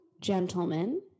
gentlemen